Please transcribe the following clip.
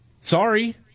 Sorry